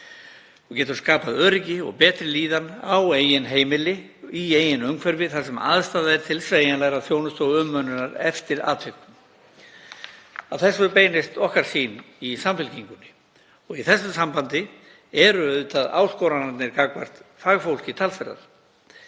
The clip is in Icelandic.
Við getum skapað öryggi og betri líðan á eigin heimili í eigin umhverfi þar sem aðstaða er til sveigjanlegri þjónustu og umönnunar eftir atvikum. Að þessu beinist okkar sýn í Samfylkingunni. Í þessu sambandi eru auðvitað áskoranirnar gagnvart fagfólki talsverðar,